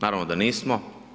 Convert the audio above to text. Naravno da nismo.